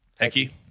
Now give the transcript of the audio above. Hecky